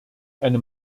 eine